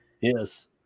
Yes